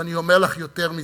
ואני אומר לך יותר מזה: